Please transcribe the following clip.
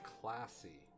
classy